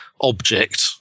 object